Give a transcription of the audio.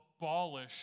abolish